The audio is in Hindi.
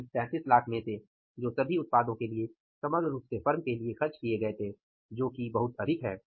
कुल 3300000 में से जो सभी उत्पादों के लिए समग्र रूप से फर्म के लिए खर्च किए गए थे जो बहुत अधिक है